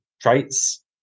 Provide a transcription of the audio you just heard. traits